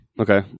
Okay